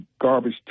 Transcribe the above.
garbage